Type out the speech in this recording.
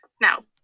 Now